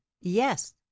yes